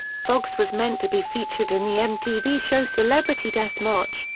foxx was meant to be featured in the mtv show celebrity deathmatch,